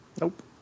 Nope